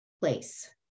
place